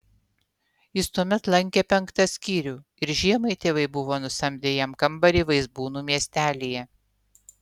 jis tuomet lankė penktą skyrių ir žiemai tėvai buvo nusamdę jam kambarį vaizbūnų miestelyje